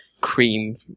cream